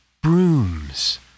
Brooms